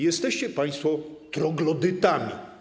Jesteście państwo troglodytami.